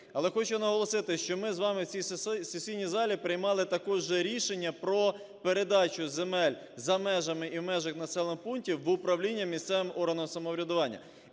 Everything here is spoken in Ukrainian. Але хочу наголосити, що ми з вами в цій сесійній залі приймали також рішення про передачу земель за межами і в межах населених пунктів в управління місцевим органам самоврядування.